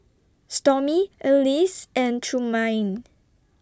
Stormy Alease and Trumaine